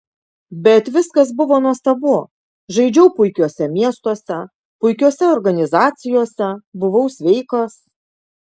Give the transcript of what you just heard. bet viskas buvo nuostabu žaidžiau puikiuose miestuose puikiose organizacijose buvau sveikas